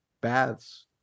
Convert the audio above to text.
baths